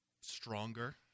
stronger